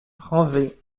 renwez